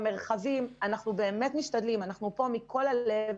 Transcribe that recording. אנחנו באמת משתדלים, אנחנו פה מכל הלב,